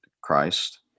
Christ